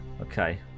Okay